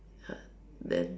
ya then